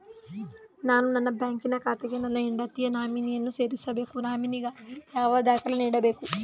ನಾನು ನನ್ನ ಬ್ಯಾಂಕಿನ ಖಾತೆಗೆ ನನ್ನ ಹೆಂಡತಿಯ ನಾಮಿನಿಯನ್ನು ಸೇರಿಸಬೇಕು ನಾಮಿನಿಗಾಗಿ ಯಾವ ದಾಖಲೆ ನೀಡಬೇಕು?